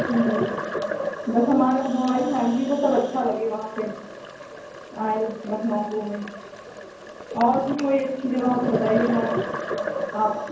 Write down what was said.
बस हमारे हमारी फैमिली को सब अच्छा लगे वहाँ पर आए हैं लखनऊ घूमने और भी कोई अच्छी जगह है तो बताइए मैम आप